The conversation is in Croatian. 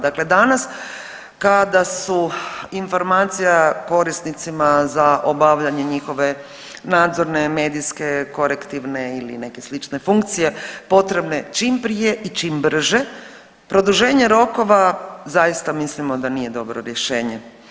Dakle danas kada su informacija korisnicima za obavljanje njihove nadzorne, medijske, korektivne ili neke slične funkcije potrebne čim prije i čim brže, produženje rokova zaista mislimo da nije dobro rješenje.